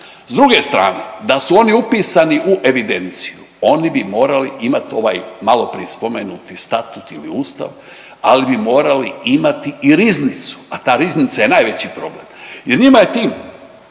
S druge strane, da su oni upisani u evidenciju, oni bi morali imati ovaj, maloprije spomenuti statut ili ustav, ali bi morali imati i riznicu, a ta riznica je najveći problem jer njima je tim,